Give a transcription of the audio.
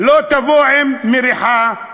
לא תבוא עם מריחה.